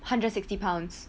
hundred sixty pounds